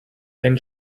then